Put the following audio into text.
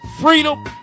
freedom